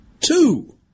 Two